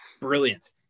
brilliant